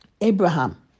Abraham